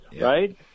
right